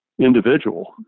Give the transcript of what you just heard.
individual